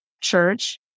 Church